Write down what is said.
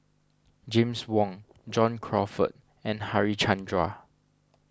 James Wong John Crawfurd and Harichandra